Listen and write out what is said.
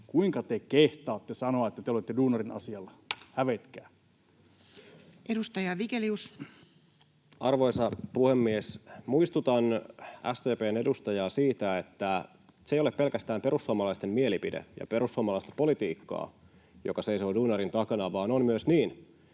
muuttamisesta sekä eräiksi muiksi verolaeiksi Time: 17:21 Content: Arvoisa puhemies! Muistutan SDP:n edustajaa siitä, että se ei ole pelkästään perussuomalaisten mielipide ja perussuomalaista politiikkaa seisoa duunarin takana, vaan on myös niin,